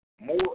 more